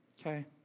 Okay